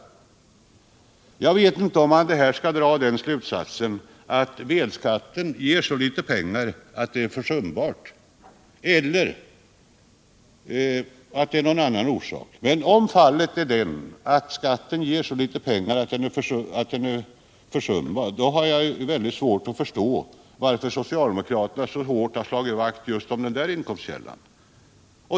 Jag vet inte om man av detta skall dra den slutsatsen att vedskatten ger så litet pengar att den är försumbar. Men om så är fallet, har jag väldigt svårt att förstå varför socialdemokraterna så hårt har slagit vakt om just den inkomstkällan.